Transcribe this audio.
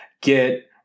get